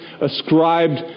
ascribed